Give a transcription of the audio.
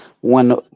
one